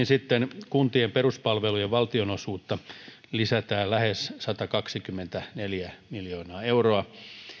sitten kuntien peruspalvelujen valtionosuutta lisätään lähes satakaksikymmentäneljä miljoonaa euroa